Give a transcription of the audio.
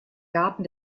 garten